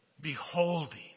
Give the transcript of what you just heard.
Beholding